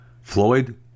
Floyd